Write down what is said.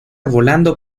volando